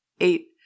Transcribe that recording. eight